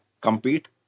compete